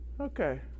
Okay